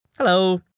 Hello